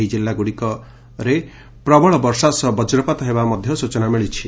ଏହି ଜିଲ୍ଲା ଗୁଡ଼ିକରେ ପ୍ରବଳ ବର୍ଷା ସହ ବଜ୍ରପାତ ହେବା ନେଇ ସୂଚନା ମିଳିଛି